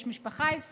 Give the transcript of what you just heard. יש משפחה ישראלית.